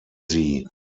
sie